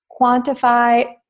quantify